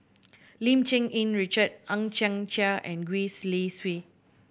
Lim Cherng Yih Richard Hang Chang Chieh and Gwee Li Sui